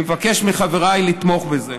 אני מבקש מחבריי לתמוך בזה.